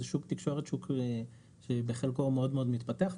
שוק תקשורת שבחלקו מאוד מאוד מתפתח,